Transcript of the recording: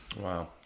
Wow